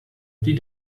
die